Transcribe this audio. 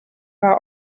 war